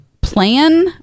plan